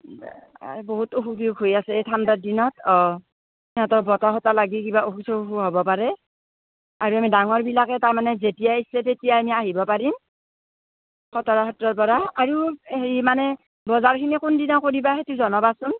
বহুত অসুখ বিসুখ হৈ আছে এই ঠাণ্ডাৰ দিনত অ সিহঁতৰ বতাহ চতাহ লাগি কিবা অসুখ চসুখো হ'ব পাৰে আৰু আমি ডাঙৰবিলাকে তাৰমানে যেতিয়া ইচ্ছা তেতিয়া আমি আহিব পাৰিম খতৰা সত্ৰৰ পৰা আৰু সেই মানে বজাৰখিনি কোনদিনা কৰিবা সেইটো জনাবাচোন